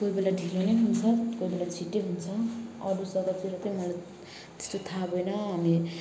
कोही बेला ढिलो नै पुग्छौँ कोही बेला छिटै हुन्छ अरू जग्गातिर त्यही उनीहरू त्यस्तो थाहा भएन हामी